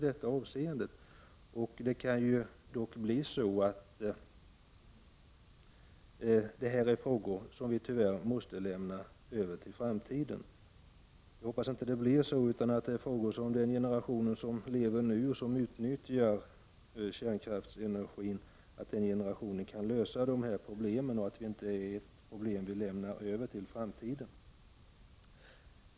Det kan bli så att vi måste lämna över dessa frågor till framtiden. Jag hoppas att det inte blir så. Den generation som lever nu och utnyttjar kärnenergin kan, hoppas jag, lösa dessa problem och inte lämna över dem till kommande generationer.